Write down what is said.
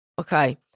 Okay